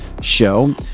show